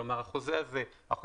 כלומר, החוזה שנחתם